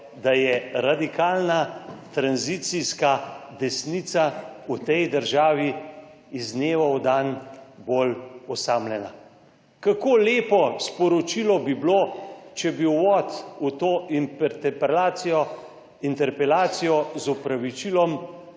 da je radikalna tranzicijska desnica v tej državi iz dneva v dan bolj osamljena. Kako lepo sporočilo bi bilo, če bi uvod v to interpelacijo, interpelacijo